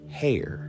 hair